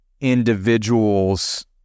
individual's